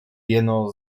jeno